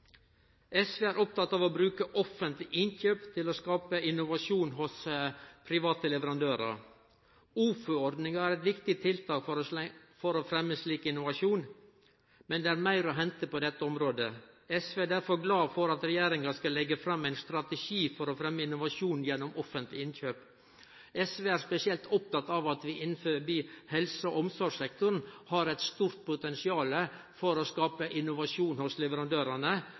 SV er oppteke av å bruke offentlege innkjøp til å skape innovasjon hos private leverandørar. OFU-ordninga er eit viktig tiltak for å fremme slik innovasjon, men det er meir å hente på dette området. SV er derfor glad for at regjeringa skal leggje fram ein strategi for å fremme innovasjon gjennom offentlege innkjøp. SV er spesielt oppteke av at vi innanfor helse- og omsorgssektoren har eit stort potensial for å skape innovasjon hos leverandørane,